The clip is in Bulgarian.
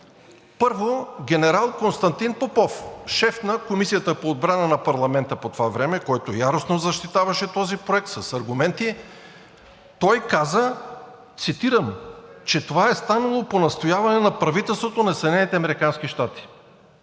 Първо, генерал Константин Попов, шеф на Комисията по отбрана на парламента по това време, който яростно защитаваше този проект с аргументи, той каза, цитирам: „Че това е станало по настояване на правителството на